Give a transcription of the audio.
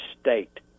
state